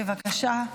בבקשה.